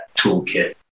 toolkit